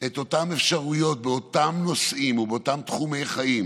את אותן אפשרויות באותם נושאים ובאותם תחומי חיים